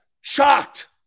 shocked